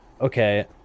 okay